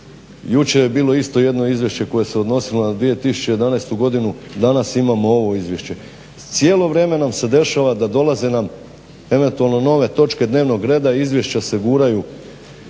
Jučer je bilo isto jedno izvješće koje se odnosilo na 2011. godinu, danas imamo ovo izvješće. Cijelo vrijeme nam se dešava da dolaze nam eventualno nove točke dnevnog reda, izvješća se guraju